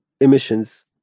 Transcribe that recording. emissions